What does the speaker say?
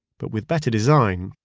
but with better design,